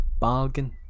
bargain